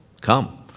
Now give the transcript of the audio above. come